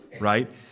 right